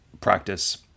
practice